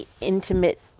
intimate